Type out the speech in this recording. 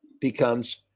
becomes